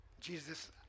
Jesus